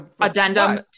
Addendum